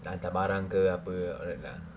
nak hantar barang ke apa all that lah